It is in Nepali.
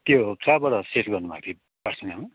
त्यो कहाँबाट सेभ गर्नुभएको थियो पास्टरनी आमा